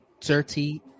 Dirty